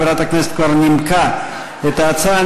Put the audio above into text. חברת הכנסת כבר נימקה את ההצעה.